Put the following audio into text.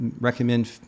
recommend